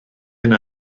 yna